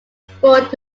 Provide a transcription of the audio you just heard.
sport